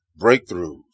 breakthroughs